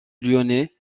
lyonnais